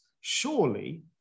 surely